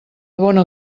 bona